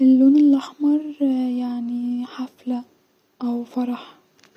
اللون الاحمر يعني-حفله-او فرح